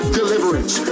deliverance